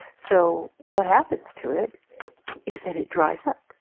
so what happens to it is that it dries up.